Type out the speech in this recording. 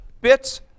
Bits